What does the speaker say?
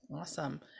Awesome